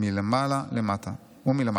מלמעלה ומלמטה.